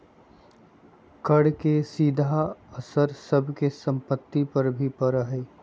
कर के सीधा असर सब के सम्पत्ति पर भी पड़ा हई